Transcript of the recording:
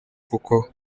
kuko